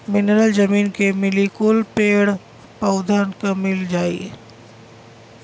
mineral जमीन के मिली कुल पेड़ पउधन के मिल जाई